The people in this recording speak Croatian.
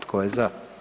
Tko je za?